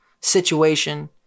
situation